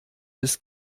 des